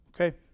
Okay